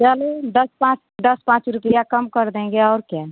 चलिए दस पाँच दस पाँच रुपया कम कर देंगे और क्या